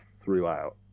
throughout